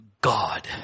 God